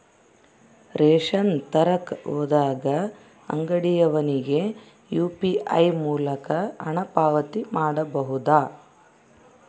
Ration ತರಕ ಹೋದಾಗ ಅಂಗಡಿಯವನಿಗೆ ಯು.ಪಿ.ಐ ಮೂಲಕ ಹಣ ಪಾವತಿ ಮಾಡಬಹುದಾ?